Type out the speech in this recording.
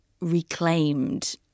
reclaimed